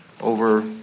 over